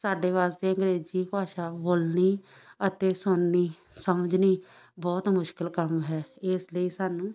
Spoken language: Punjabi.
ਸਾਡੇ ਵਾਸਤੇ ਅੰਗਰੇਜ਼ੀ ਭਾਸ਼ਾ ਬੋਲਣੀ ਅਤੇ ਸੁਣਨੀ ਸਮਝਣੀ ਬਹੁਤ ਮੁਸ਼ਕਲ ਕੰਮ ਹੈ ਇਸ ਲਈ ਸਾਨੂੰ